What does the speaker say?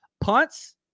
Punts